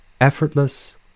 effortless